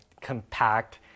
compact